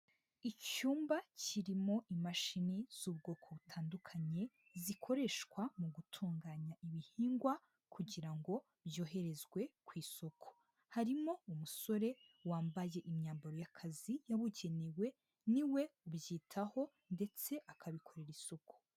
Icyumba kirimo imashini z'ubwoko butandukanye, zikoreshwa mu gutunganya ibihingwa kugira ngo byoherezwe ku isoko. Harimo umusore wambaye imyambaro y'akazi yabugenewe, ni we ubyitaho ndetse akabikorera isuku.